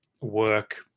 work